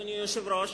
אדוני היושב-ראש,